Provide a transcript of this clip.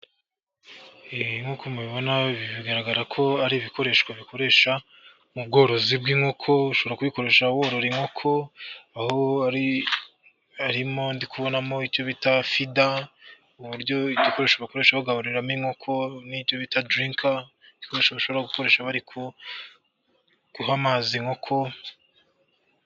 Nk'uko mubibona bigaragara ko ari ibikoresho bikoresha mu bworozi bw'inkoko, ushobora kubikoresha worora inkoko ahomo ndi kubonamo icyo bita fida, ibikoresho bakoresha bagaburiramo inkoko n'icyo bita drinker, bashobora gukoresha bari guha amazi inkoko.